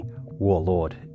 Warlord